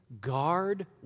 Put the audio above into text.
Guard